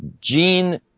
Gene